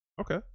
okay